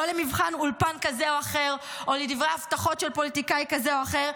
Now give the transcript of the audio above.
לא למבחן אולפן כזה או אחר או לדברי הבטחות של פוליטיקאי כזה או אחר,